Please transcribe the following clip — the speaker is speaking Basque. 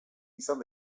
izan